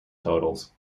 totals